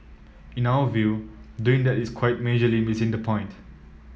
in our view doing that is quite majorly missing the point